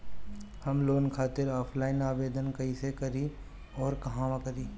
हम लोन खातिर ऑफलाइन आवेदन कइसे करि अउर कहवा करी?